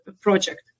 project